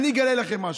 אני אגלה לכם משהו.